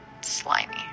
slimy